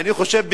אני חושב,